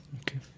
Okay